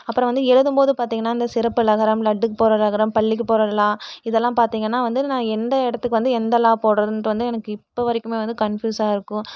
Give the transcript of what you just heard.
அப்புறம் வந்து எழுதும் போது பார்த்திங்கன்னா இந்த சிறப்பு ழகரம் லட்டுக்கு போடுகிற லகரம் பள்ளிக்கு போடுகிற ளா இதெல்லாம் பார்த்திங்கன்னா வந்து நான் எந்த இடத்துக்கு வந்து எந்த லா போடுறதுன்ட்டு வந்து எனக்கு இப்போ வரைக்குமே வந்து கன்ஃபியூஸாக இருக்கும்